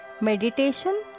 Meditation